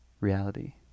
reality